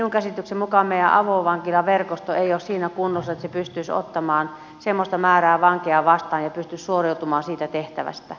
minun käsitykseni mukaan meidän avovankilaverkostomme ei ole siinä kunnossa että se pystyisi ottamaan semmoista määrää vankeja vastaan ja pystyisi suoriutumaan siitä tehtävästä